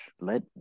Let